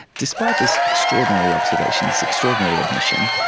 despite this extraordinary observation, this extraordinary admission,